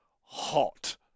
hot